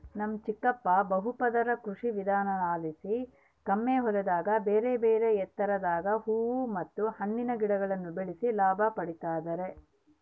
ನಮ್ ಚಿಕ್ಕಪ್ಪ ಬಹುಪದರ ಕೃಷಿವಿಧಾನಲಾಸಿ ಕಮ್ಮಿ ಹೊಲದಾಗ ಬೇರೆಬೇರೆ ಎತ್ತರದಾಗ ಹೂವು ಮತ್ತೆ ಹಣ್ಣಿನ ಗಿಡಗುಳ್ನ ಬೆಳೆಸಿ ಲಾಭ ಪಡಿತದರ